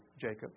Jacob